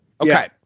Okay